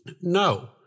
No